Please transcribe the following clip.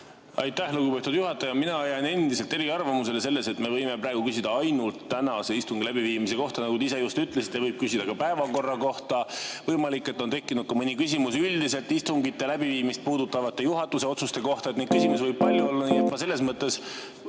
Aitäh, lugupeetud juhataja! Mina jään endiselt eriarvamusele selles, et me võime praegu küsida ainult tänase istungi läbiviimise kohta. Nagu te ise just ütlesite, võib küsida ka päevakorra kohta. Võimalik, et on tekkinud mõni küsimus ka üldiselt istungite läbiviimist puudutavate juhatuse otsuste kohta. Neid küsimus võib palju olla.